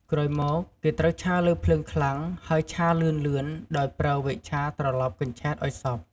ក្រោយមកគេ ត្រូវឆាលើភ្លើង ខ្លាំង ហើយឆាលឿនៗដោយប្រើវែកឆាត្រលប់កញ្ឆែតឲ្យសព្វ។